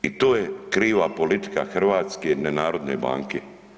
I to je kriva politika hrvatske nenarodne banke.